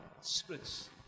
splits